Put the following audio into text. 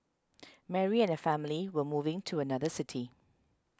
Mary and her family were moving to another city